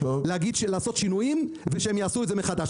להגיד לעשות שינויים ושהם יעשו את זה מחדש.